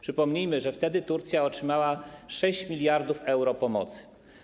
Przypomnijmy, że wtedy Turcja otrzymała 6 mld euro pomocy.